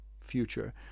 future